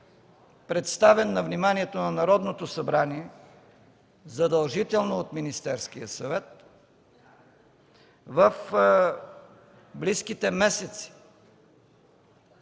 представен на вниманието на Народното събрание задължително от Министерския съвет в близките месеци.